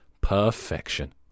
perfection